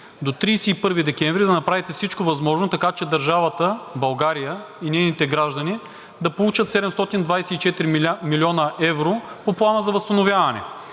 до 31 декември да направите всичко възможно, така че държавата България и нейните граждани да получат 724 млн. евро по Плана за възстановяване.